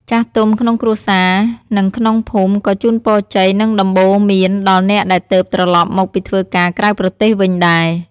ចាស់ទុំក្នុងគ្រួសារ និងក្នុងភូមិក៏ជូនពរជ័យ និងដំបូន្មានដល់អ្នកដែលទើបត្រឡប់មកពីធ្វើការក្រៅប្រទេសវិញដែរ។